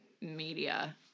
media